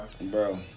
Bro